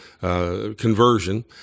Conversion